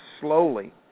slowly